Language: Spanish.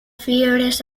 fiebres